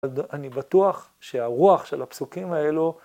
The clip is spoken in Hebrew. אני בטוח שהרוח של הפסוקים האלו